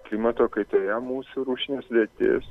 klimato kaita yra mūsų rūšinė sudėtis